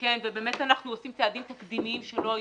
ובאמת אנחנו צעדים תקדימיים שלא היו.